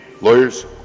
Lawyers